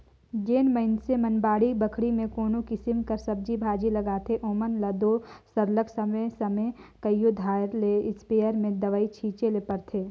जेन मइनसे बाड़ी बखरी में कोनो किसिम कर सब्जी भाजी लगाथें ओमन ल दो सरलग समे समे कइयो धाएर ले इस्पेयर में दवई छींचे ले परथे